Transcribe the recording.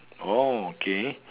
oh okay